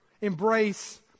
embrace